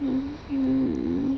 mm